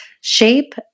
Shape